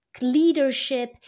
leadership